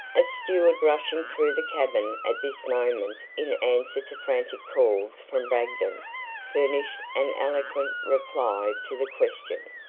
a steward rushing through the cabin at this moment in answer to frantic calls from bragdon furnished an eloquent reply to the question.